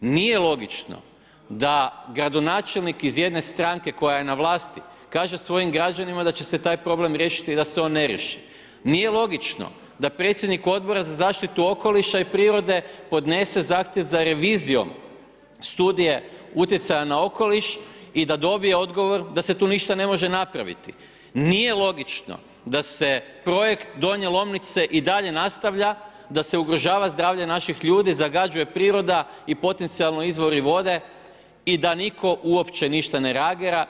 Nije logično da gradonačelnik iz jedne stranke koja je na vlasti kaže svojim građanima da će se taj problem riješiti i da se on ne riješi, nije logično da predsjednik Odbora za zaštitu okoliša i prirode podnese zahtjev za revizijom Studije utjecaja na okoliš i da dobije odgovor da se tu ništa ne može napraviti, nije logično da se projekt Donje Lomnice i dalje nastavlja, da se ugrožava zdravlje naših ljudi, zagađuje priroda i potencijalno izvori vode i da niko uopće ništa ne reagira.